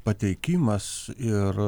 pateikimas ir